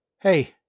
Hey